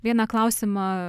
vieną klausimą kurio abu